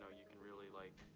ah you can really, like,